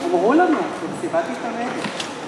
אמרו לנו, במסיבת עיתונאים.